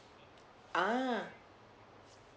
ah